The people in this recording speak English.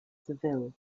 seville